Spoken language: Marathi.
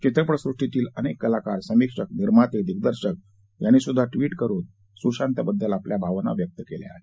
चित्रपटसृष्टीतील अनेक कलाकार समीक्षक निर्माते दिग्दर्शक यांनी सुद्धा ट्विट करून सुशांतबद्दल आपल्या भावना व्यक्त केल्या आहेत